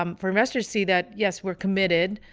um for investors see that? yes, we're committed,